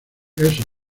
esos